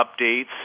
updates